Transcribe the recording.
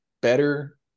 better